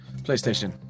PlayStation